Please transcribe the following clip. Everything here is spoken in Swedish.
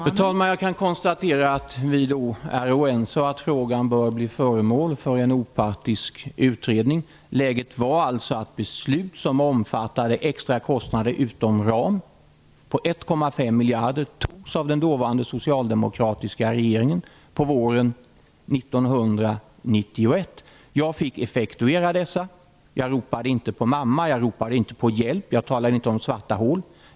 Fru talman! Jag kan konstatera att vi är oense och att frågan bör bli föremål för en opartisk utredning. Läget var alltså det att beslut som omfattade extra kostnader utom ram på 1,5 miljarder kronor togs av den dåvarande socialdemokratiska regeringen på våren 1991. Jag fick effektuera dessa. Jag ropade inte på mamma eller på hjälp. Jag talade inte om svarta hål.